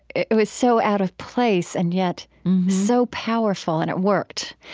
it it was so out of place and yet so powerful, and it worked.